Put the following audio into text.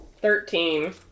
Thirteen